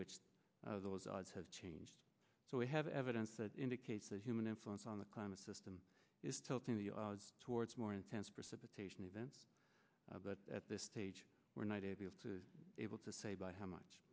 which those odds have changed so we have evidence that indicates that human influence on the climate system is tilting the odds towards more intense precipitation events but at this stage we're not able to able to say by how much